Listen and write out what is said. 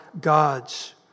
God's